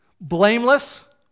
Blameless